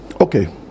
Okay